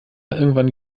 irgendwann